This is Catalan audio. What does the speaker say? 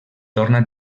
torna